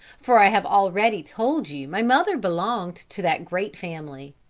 for i have already told you my mother belonged to that great family.